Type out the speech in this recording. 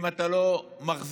אם אתה לא מחזיק